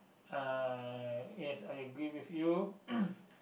uh yes I agree with you